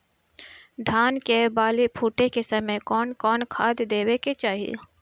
धान के बाली फुटे के समय कउन कउन खाद देवे के चाही?